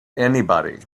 anybody